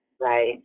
right